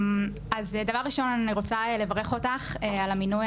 דבר ראשון, אני רוצה לברך אותך על המינוי.